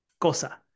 cosa